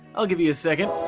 i'll give you a second. oh,